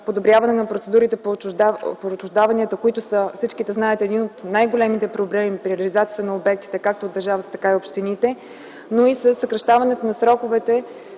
подобряване на процедурите по отчуждаванията, които всички знаете, че са едни от най-големите проблеми при реализацията на обектите – както от държавата, така и от общините, но и със съкращаването на сроковете